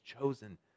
chosen